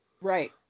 right